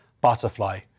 Butterfly